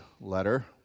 letter